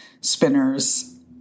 spinners